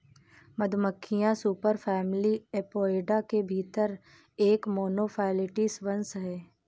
मधुमक्खियां superfamily Apoidea के भीतर एक मोनोफैलेटिक वंश हैं